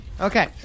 Okay